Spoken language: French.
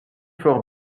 fort